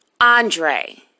Andre